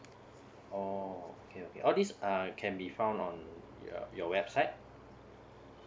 oh okay okay all these uh can be found on your your website